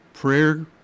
prayer